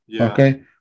okay